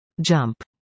Jump